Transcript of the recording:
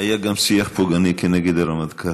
היה גם שיח פוגעני כנגד הרמטכ"ל.